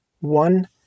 one